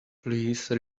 please